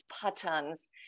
patterns